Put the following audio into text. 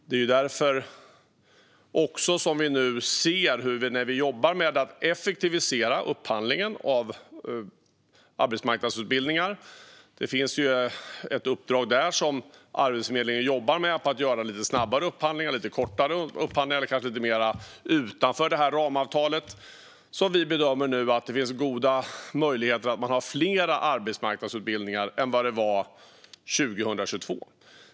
Det är också därför vi nu, när vi nu jobbar med att effektivisera upphandlingen av arbetsmarknadsutbildningar - det finns ett uppdrag där som Arbetsförmedlingen jobbar med för att få till stånd lite snabbare, kortare upphandlingar, kanske lite mer utanför ramavtalet - bedömer att det finns goda möjligheter att få fler arbetsmarknadsutbildningar än 2022.